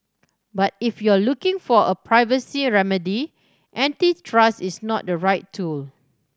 but if you're looking for a privacy remedy antitrust is not the right tool